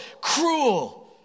cruel